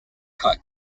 cut